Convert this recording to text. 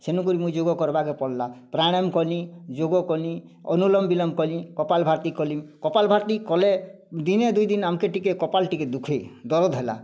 ସେନୁ କରି ମୁଇଁ ଯୋଗ କରବାକେ ପଡ଼ିଲା ପ୍ରାଣାୟାମ୍ କଲି ଯୋଗ କଲି ଅନୁଲୋମ୍ ବିଲୋମ୍ କଲି କପାଲଭାତି କଲି କପାଲଭାତି କଲେ ଦିନେ ଦୁଇ ଦିନ ଆମ୍ କେ ଟିକେ କପାଲ୍ ଟିକେ ଦୁଖେ ଦରଦ ହେଲା